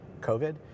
COVID